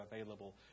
available